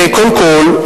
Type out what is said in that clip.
קודם כול,